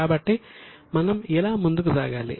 కాబట్టి మనం ఎలా ముందుకు సాగాలి